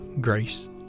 Grace